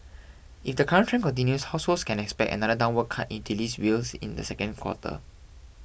if the current trend continues households can expect another downward cut in utilities bills in the second quarter